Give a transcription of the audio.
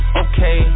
okay